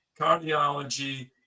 cardiology